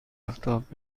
آفتاب